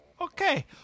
Okay